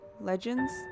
legends